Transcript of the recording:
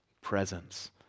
presence